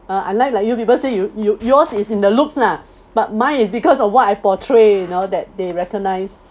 uh unlike like you people say you you yours is in the looks lah but mine is because of what I portray you know that they recognise